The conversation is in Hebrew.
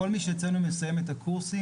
כל מי שמסיים אצלנו את הקורסים,